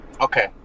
okay